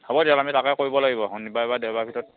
হ'ব দিয়ক আমি তাকে কৰিব লাগিব শনিবাৰ বা দেওবাৰ ভিতৰত